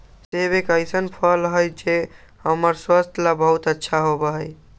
सेब एक ऐसन फल हई जो हम्मर स्वास्थ्य ला बहुत अच्छा होबा हई